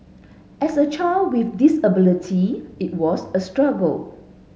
as a child with disability it was a struggle